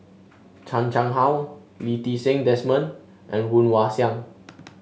Chan Chang How Lee Ti Seng Desmond and Woon Wah Siang